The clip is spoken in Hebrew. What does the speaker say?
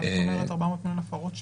מה זאת אומרת 400 מיליון הפרות?